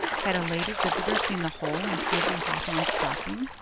had a lady visitor seen the hole in susie hawthorn's stocking?